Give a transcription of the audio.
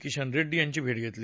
किशन रेङ्डी यांची भेट घेतली